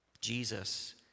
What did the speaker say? Jesus